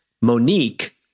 Monique